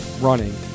running